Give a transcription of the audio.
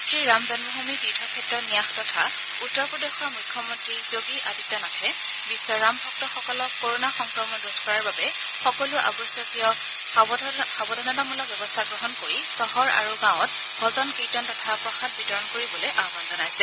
শ্ৰীৰাম জন্মভূমি তীৰ্থক্ষেত্ৰ ন্যাস তথা উত্তৰ প্ৰদেশৰ মুখ্যমন্তী যোগী আদিত্যনাথে বিধ্বৰ ৰামভক্তসকলক কৰণা সংক্ৰমণ ৰোধ কৰাৰ বাবে সকলো আৱশ্যকীয় সাৱধানতামূলক ব্যৱস্থা গ্ৰহণ কৰি চহৰ আৰু গাঁৱত ভজন কীৰ্তন তথা প্ৰসাদ বিতৰণ কৰিবলৈ আহান জনাইছে